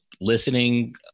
listening